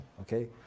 okay